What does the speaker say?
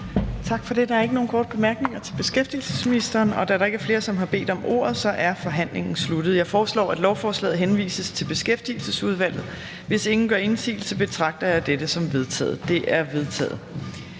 Tak for det. Der er ikke nogen korte bemærkninger til beskæftigelsesministeren. Og da der ikke er flere, som har bedt om ordet, er forhandlingen sluttet. Jeg foreslår, at lovforslaget henvises til Beskæftigelsesudvalget. Hvis ingen gør indsigelse, betragter jeg dette som vedtaget. Det er vedtaget.